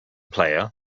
player